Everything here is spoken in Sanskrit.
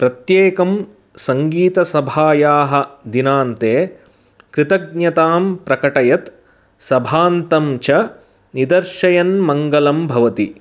प्रत्येकं सङ्गीतसभायाः दिनान्ते कृतज्ञतां प्रकटयत् सभान्तं च निदर्शयन्मङ्गलं भवति